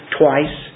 twice